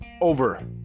over